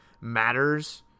matters